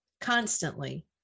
constantly